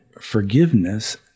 forgiveness